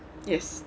yes